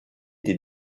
des